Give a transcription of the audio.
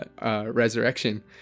resurrection